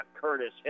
Curtis